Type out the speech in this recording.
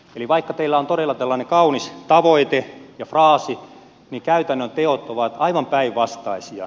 eli vaikka teillä on todella tällainen kaunis tavoite ja fraasi niin käytännön teot ovat aivan päinvastaisia